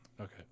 Okay